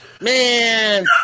Man